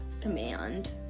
command